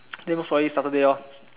then probably Saturday lor